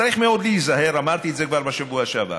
צריך מאוד להיזהר, אמרתי את זה כבר בשבוע שעבר.